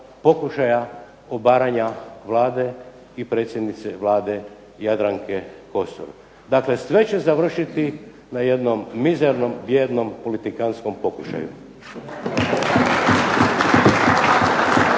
pokušaja obaranja Vlade i predsjednice Vlade Jadranke Kosor. Dakle, sve će završiti na jednom mizernom, bijednom, politikanskom pokušaju.